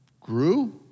grew